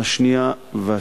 2 3,